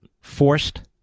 forced